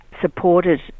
supported